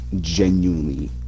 genuinely